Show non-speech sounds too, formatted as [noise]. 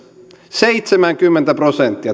seitsemänkymmentä prosenttia [unintelligible]